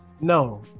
no